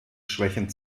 schwächen